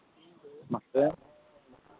ᱢᱟᱥᱮ